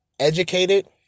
educated